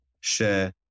share